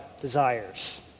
desires